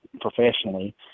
professionally